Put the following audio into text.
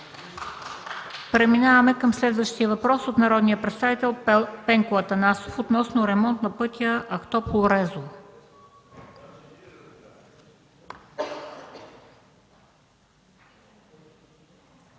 Преминаваме към следващия въпрос от народния представител Пенко Атанасов относно ремонт на пътя Ахтопол – Резово.